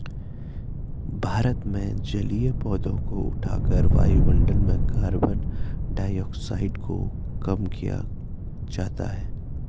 भारत में जलीय पौधों को उठाकर वायुमंडल में कार्बन डाइऑक्साइड को कम किया जाता है